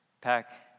Pack